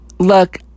Look